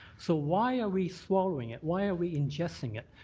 so why are we swallowing it? why are we ingesting it?